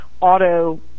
auto